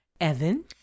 evan